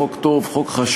חוק טוב, חוק חשוב,